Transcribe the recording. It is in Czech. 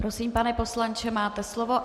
Prosím, pane poslanče, máte slovo.